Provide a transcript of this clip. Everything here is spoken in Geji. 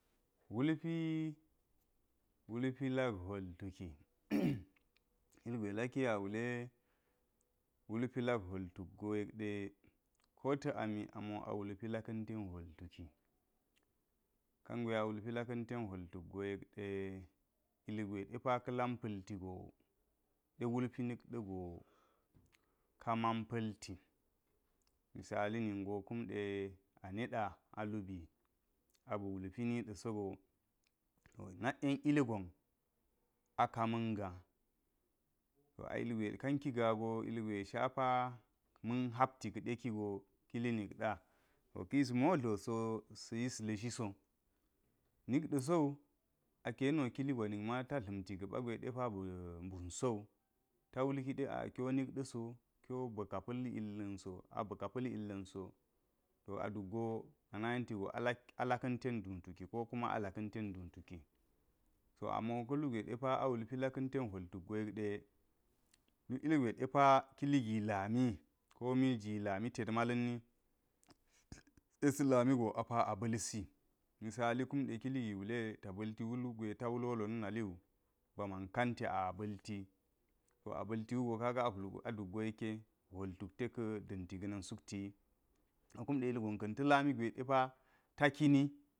Wulpi, wulpi lak hwol tuki ilgwe laki ya wule wulpi lak hwol tuk go yek de kota̱ ami amo a wulpi laka̱n ten hwol tuki-kangwe a wulpi la̱ka̱n ten hwol tuk go yek ɗe ilgwe ka̱ pa̱lti go de wulpi nik ɗago ka man pa̱lti, misali ningo kume aniɗa alubi, abi wulpi ni ɗa so jo nak yen ilgon a ka ma̱n ga̱a. To a ilgwe a ilgwe kanki gaa go ilgwe shapa ma̱n hapti ka̱ɗe kigo kili niki ɗa, ka̱ yis mol wo so sa̱ yis la̱shi so nik ɗa sowu aka̱ yeniwo kili gwa nik mata dla̱mti ga̱ba̱ gwe ba̱ mbun sowu, ta wulkiɗe kiwo a’a kiwo nik ɗa so, kiwo ba̱ka pa̱l illa̱nso, aba̱ ka pa̱l illa̱nso to a duk go ana yenti go a laka̱n ten duu tuki, ko kuma alaka̱n ten dwu tuki. To amo kulugwe depa awulpi laka̱an ten hwol tuk go yek ɗe duk ilgwe ɗepa killigi lami, ko milji lami ted ma̱la̱nni ɗe sa̱ lami go apa a ba̱sli. Misali kumɗe kili wule ta ba̱lti wulpi gwe ta wulwolo na̱ naliwu man kanti a ba̱lti, a ba̱l ti wogo kaga a hwulgo a duk go yeke hwol tuk te ka̱ da̱nti ga̱ na̱n sukti wi a kum ɗe ilkon ka̱ ta lami depa ta kini.